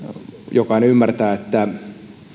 jokainen ymmärtää että